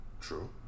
True